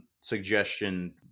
suggestion